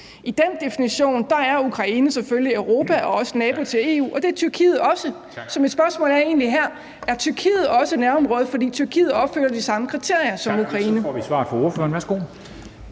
I den definition er Ukraine selvfølgelig Europa og også nabo til EU, og det er Tyrkiet også. Så mit spørgsmål er her: Er Tyrkiet også nærområde, for Tyrkiet opfylder de samme kriterier som Ukraine? Kl. 13:43 Formanden (Henrik